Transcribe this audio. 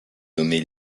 nommé